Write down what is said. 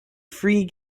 free